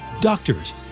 Doctors